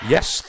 Yes